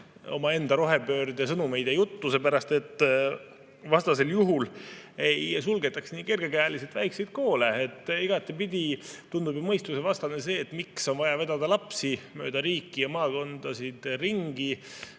omaenda rohepöörde sõnumeid ja juttu, seepärast et vastasel juhul ei sulgetaks nii kergekäeliselt väikseid koole. Igatepidi tundub ju mõistusevastane see, miks on vaja vedada lapsi mööda riiki ja maakondasid ringi